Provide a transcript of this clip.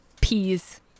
peas